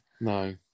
No